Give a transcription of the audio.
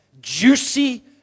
Juicy